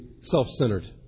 self-centered